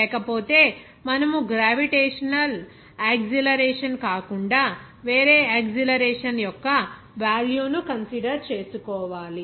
లేకపోతే మనము gravitational acceleration కాకుండా వేరే యాక్సిలరేషన్ యొక్క వేల్యూను కన్సిడర్ చేసుకోవాలి